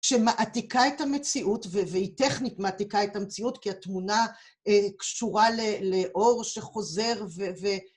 שמעתיקה את המציאות, והיא טכנית מעתיקה את המציאות, כי התמונה קשורה לאור שחוזר ו...